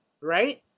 right